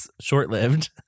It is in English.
short-lived